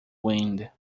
wind